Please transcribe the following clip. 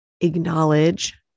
acknowledge